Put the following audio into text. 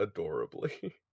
adorably